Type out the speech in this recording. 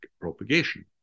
propagation